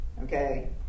Okay